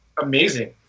amazing